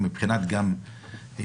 גם מבחינת פיקוח,